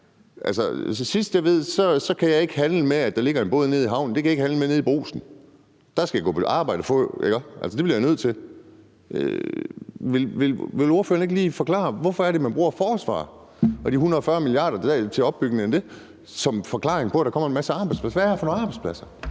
ved, kan jeg ikke handle med, at der ligger en båd nede i havnen, når jeg er nede i Brugsen. Der skal jeg gå på arbejde og få en løn og så betale, ikke? Det bliver jeg nødt til. Vil ordføreren ikke lige forklare, hvorfor det er, man bruger Forsvaret og de 140 mia. kr. til opbygning af det som forklaring på, at der kommer en masse arbejdspladser? Hvad er det for nogle arbejdspladser?